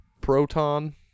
Proton